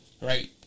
Right